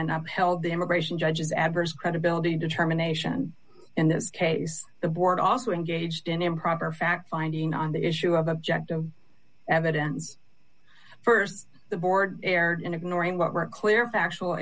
and held the immigration judges adverse credibility determination in this case the board also engaged in improper fact finding on the issue of objective evidence st the board erred in ignoring what were clear factual